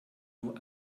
nur